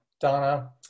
Donna